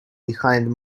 behind